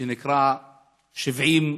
שנקרא "ישראל 70,